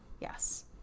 Yes